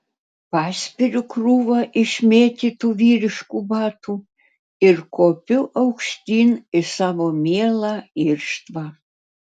paspiriu krūvą išmėtytų vyriškų batų ir kopiu aukštyn į savo mielą irštvą